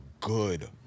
good